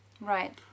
Right